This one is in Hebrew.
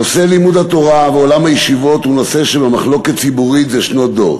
נושא לימוד התורה ועולם הישיבות הוא נושא שבמחלוקת ציבורית זה שנות דור.